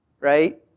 right